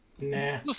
Nah